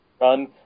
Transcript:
run